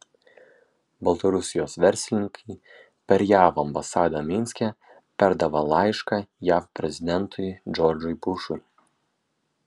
baltarusijos verslininkai per jav ambasadą minske perdavė laišką jav prezidentui džordžui bušui